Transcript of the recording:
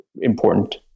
important